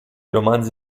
romanzi